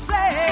Say